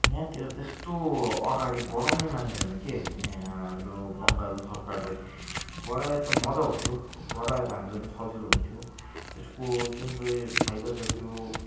यहाँतिर त्यस्तो अगाडि बढाउनै मान्दैन के यहाँ हाम्रो बङ्गाल सरकारले बढाए त मजा आउँथ्यो बढाए त हामीलाई पनि सजिलो हुन्थ्यो यसको जुन चाहिँ फाइदा त त्यो